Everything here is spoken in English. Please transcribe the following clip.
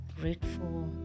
grateful